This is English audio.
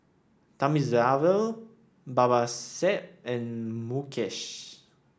Thamizhavel Babasaheb and Mukesh